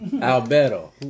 Alberto